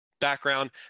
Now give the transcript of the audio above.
background